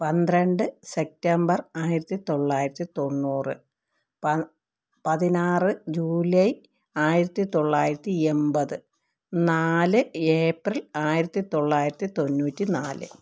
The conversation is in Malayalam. പന്ത്രണ്ട് സെപ്റ്റംബർ ആയിരത്തി തൊള്ളായിരത്തി തൊണ്ണൂറ് പത് പതിനാറ് ജൂലൈ ആയിരത്തി തൊള്ളായിരത്തി എൺപത്തി നാല് ഏപ്രിൽ ആയിരത്തി തൊള്ളായിരത്തി തൊണ്ണൂറ്റി നാല്